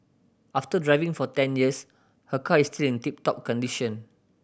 after driving for ten years her car is still in tip top condition